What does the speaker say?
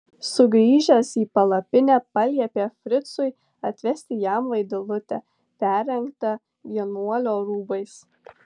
sugrįžęs į palapinę paliepė fricui atvesti jam vaidilutę perrengtą vienuolio rūbais